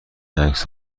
عکس